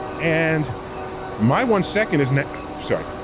and my one second is now, sorry,